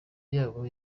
yabo